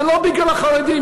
זה לא בגלל החרדים.